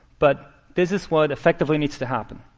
but this is what effectively needs to happen.